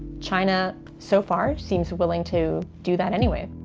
china so far seems willing to do that anyway.